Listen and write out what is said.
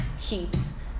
heaps